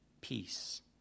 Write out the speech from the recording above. peace